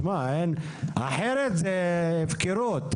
אחרת זה הפקרות.